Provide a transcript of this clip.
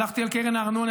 הלכתי על קרן הארנונה,